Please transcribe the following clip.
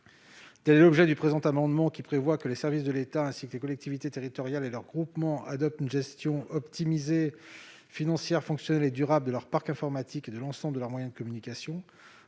Tel est l'objet de cet amendement qui vise à ce que les services de l'État, ainsi que les collectivités territoriales et leurs groupements adoptent, une gestion optimisée, financière, fonctionnelle et durable de leur parc informatique et de l'ensemble de leurs moyens de communication.